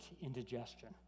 indigestion